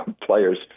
players